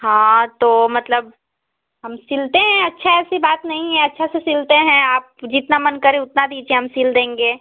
हाँ तो मतलब हम सिलते हैं अच्छा ऐसी बात नहीं है अच्छा से सिलते हैं आप जितना मन करे उतना दीजिए हम सिल देंगे